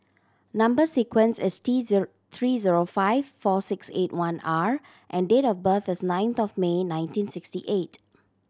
number sequence is T zero three zero five four six eight one R and date of birth is ninth of May nineteen sixty eight